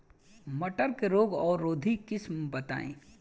मटर के रोग अवरोधी किस्म बताई?